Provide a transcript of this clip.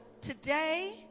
today